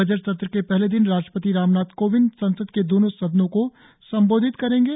budget सत्र के पहले दिन राष्ट्रपति रामनाथ कोविंद संसद के दोनो सदनों को संबोधित करेंगे